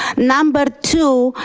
number two,